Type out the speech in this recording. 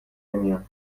نمیان